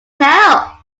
tell